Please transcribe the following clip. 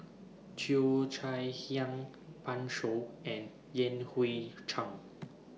Cheo Chai Hiang Pan Shou and Yan Hui Chang